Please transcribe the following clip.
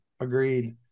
agreed